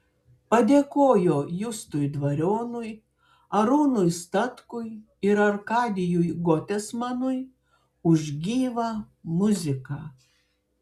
padėkojo justui dvarionui arūnui statkui ir arkadijui gotesmanui už gyvą muziką